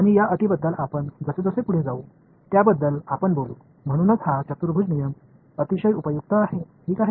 மேலும் நாம் செல்லும்போது அந்த நிலைமைகளைப் பற்றி பேசுவோம் அதனால்தான் இந்த குவாடுரேசா் விதி மிகவும் முக்கியமானது பயனுள்ளதாக இருக்கும்